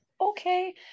okay